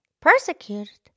Persecuted